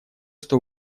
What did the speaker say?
что